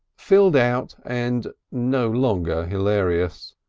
filled out and no longer hilarious.